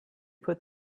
put